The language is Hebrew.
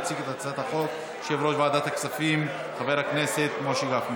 יציג את הצעת החוק יושב-ראש ועדת הכספים חבר הכנסת משה גפני,